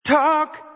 Talk